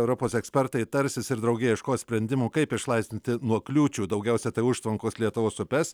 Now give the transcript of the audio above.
europos ekspertai tarsis ir drauge ieškos sprendimų kaip išlaisvinti nuo kliūčių daugiausiai tai užtvankos lietuvos upes